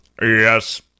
Yes